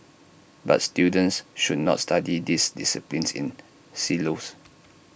but students should not study these disciplines in silos